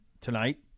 tonight